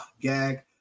gag